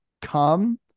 come